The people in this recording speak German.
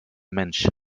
mensch